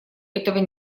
этого